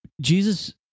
Jesus